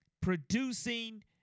producing